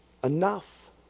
enough